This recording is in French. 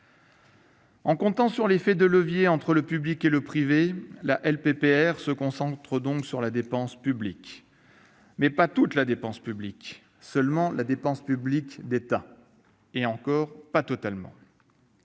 En comptant sur l'effet de levier entre le public et le privé, la LPPR se concentre donc sur la dépense publique, ou plutôt sur la seule dépense publique d'État- et encore, pas totalement.